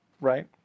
right